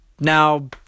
Now